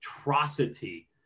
atrocity